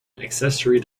accessory